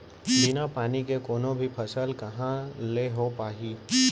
बिना पानी के कोनो भी फसल कहॉं ले हो पाही?